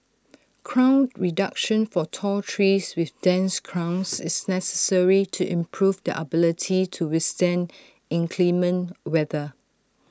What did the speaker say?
crown reduction for tall trees with dense crowns is necessary to improve their ability to withstand inclement weather